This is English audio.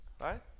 Right